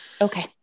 Okay